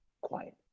Quiet